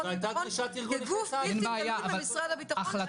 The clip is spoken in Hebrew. הביטחון כגוף בלתי תלוי במשרד הביטחון.